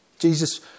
Jesus